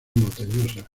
montañosas